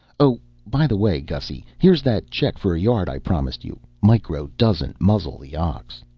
oh by the way, gussy, here's that check for a yard i promised you. micro doesn't muzzle the ox.